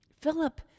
Philip